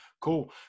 cool